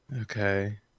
Okay